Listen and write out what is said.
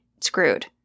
screwed